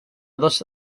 dos